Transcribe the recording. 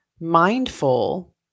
mindful